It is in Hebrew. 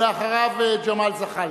אחריו, ג'מאל זחאלקה.